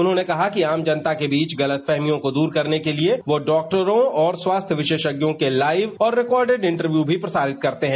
उन्होंने कहा कि आम जनता के बीच गलतफहमियों को दूर करने के लिए वो डॉक्टरों और स्वास्थ्य विशेषज्ञों के लाइव और रिकॉर्डेड इंटरव्यू भी प्रसारित करते हैं